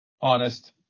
honest